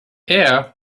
air